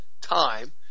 time